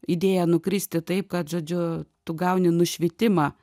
idėja nukristi taip kad žodžiu tu gauni nušvitimą